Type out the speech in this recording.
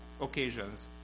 occasions